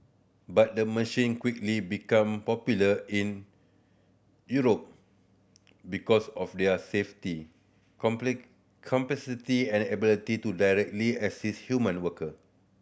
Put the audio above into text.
but the machine quickly become popular in Europe because of their safety and ability to directly assist human worker